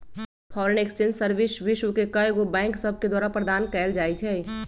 foreign exchange service विश्व के कएगो बैंक सभके द्वारा प्रदान कएल जाइ छइ